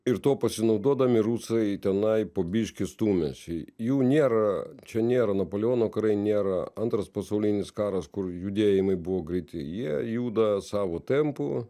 ir tuo pasinaudodami rusai tenai po biškį stūmėsi jų nėra čia nėra napoleono karai nėra antras pasaulinis karas kur judėjimai buvo greiti jie juda savo tempu